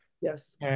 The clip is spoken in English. Yes